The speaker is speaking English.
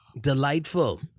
Delightful